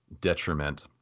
detriment